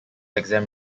exam